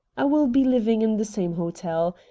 i will be living in the same hotel.